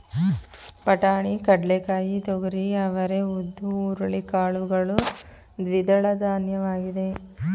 ಬಟಾಣಿ, ಕಡ್ಲೆಕಾಯಿ, ತೊಗರಿ, ಅವರೇ, ಉದ್ದು, ಹುರುಳಿ ಕಾಳುಗಳು ದ್ವಿದಳಧಾನ್ಯವಾಗಿದೆ